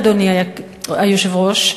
אדוני היושב-ראש,